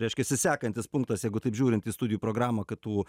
reiškiasi sekantis punktas jeigu taip žiūrint į studijų programą ktu